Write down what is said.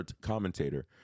commentator